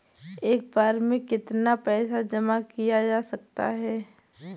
एक बार में कितना पैसा जमा किया जा सकता है?